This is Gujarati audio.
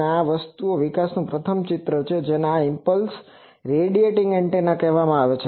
અને આ વસ્તુના વિકાસનું આ પ્રથમ ચિત્ર છે જેને આ ઈમ્પલ્સ રેડિએટિંગ એન્ટેના કહેવામાં આવે છે